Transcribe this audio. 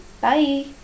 bye